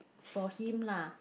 for him lah